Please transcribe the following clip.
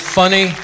funny